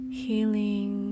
healing